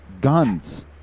guns